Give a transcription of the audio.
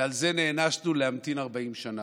ועל זה נענשנו להמתין 40 שנה.